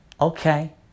Okay